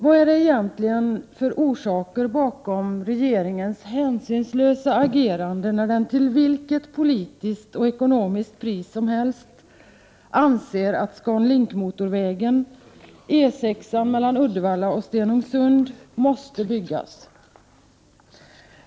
Vad är det egentligen för orsaker bakom regeringens hänsynslösa agerande när den till vilket politiskt och ekonomiskt pris som helst anser att ScanLink-motorvägen, E 6-an mellan Uddevalla och Stenungsund, måste byggas?